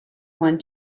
one